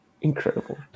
incredible